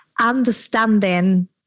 understanding